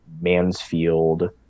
Mansfield